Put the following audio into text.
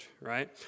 right